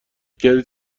کردید